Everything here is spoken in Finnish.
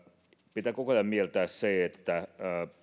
pitää koko ajan mieltää se että